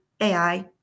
AI